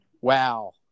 wow